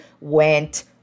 went